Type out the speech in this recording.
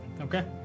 Okay